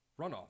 runoff